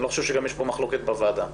אני לא חושב שיש מחלוקת בוועדה.